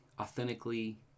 authentically